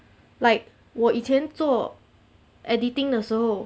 like 我以前做 editing 的时候